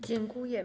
Dziękuję.